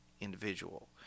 individual